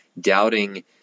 doubting